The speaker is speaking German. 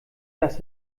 das